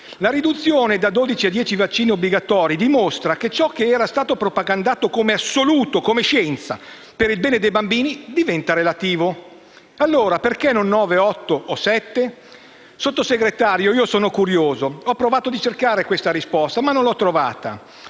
La riduzione da dodici a dieci vaccini obbligatori dimostra che ciò che era stato propagandato come assoluto, come scienza, per il bene dei bambini diventa relativo; allora perché non nove, otto o sette vaccini? Signor Sottosegretario, io sono curioso. Ho provato a cercare questa risposta, ma non l'ho trovata.